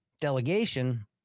delegation